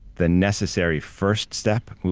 the necessary first step.